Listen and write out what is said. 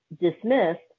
dismissed